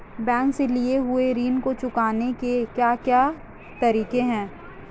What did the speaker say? Bank से लिए हुए ऋण को चुकाने के क्या क्या तरीके हैं?